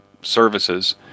services